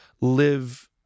live